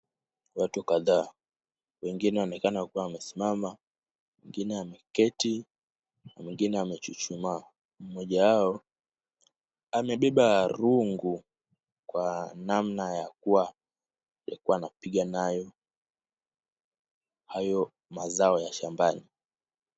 Watu kadhaa, wengine wanaonekana wakiwa wamesimama, mwingine ameketi na mwingine amechuchumaa. Mmoja wao amebeba rungu, kwa namna ya kuwa alikuwa anapiga nayo hayo mazao ya shambani.